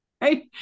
right